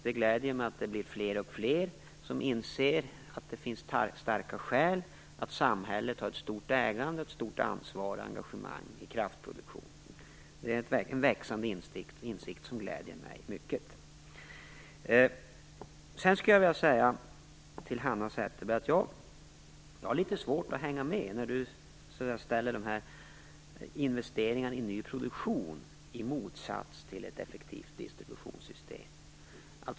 Det gläder mig att fler och fler inser att det finns starka skäl till att samhället har ett stort ägande, ansvar och engagemang i kraftproduktion. Det är en växande insikt som gläder mig mycket. Till Hanna Zetterberg vill jag säga att jag har litet svårt att hänga med när hon ställer investeringar i ny produktion i motsats till ett effektivt distributionssystem.